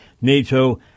NATO